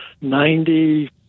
Ninety-